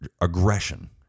aggression